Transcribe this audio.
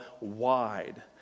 wide